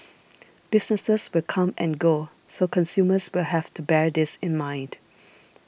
businesses will come and go so consumers will have to bear this in mind